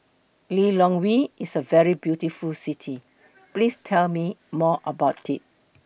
Lilongwe IS A very beautiful City Please Tell Me More about IT